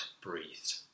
breathed